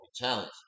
challenge